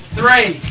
three